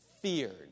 feared